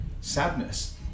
sadness